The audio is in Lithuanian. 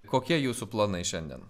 kokie jūsų planai šiandien